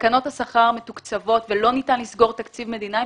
תקנות השכר מתוקצבות ולא ניתן לסגור תקציב מדינה אם